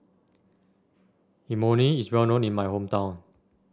Imoni is well known in my hometown